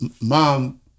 mom